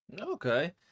Okay